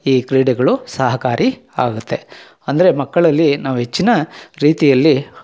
ಈ ಕ್ರೀಡೆಗಳು ಸಹಕಾರಿ ಆಗುತ್ತೆ ಅಂದರೆ ಮಕ್ಕಳಲ್ಲಿ ನಾವು ಹೆಚ್ಚಿನ ರೀತಿಯಲ್ಲಿ